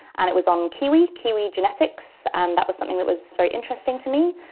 and it was on kiwi kiwi genetics, and that was something that was very interesting to me.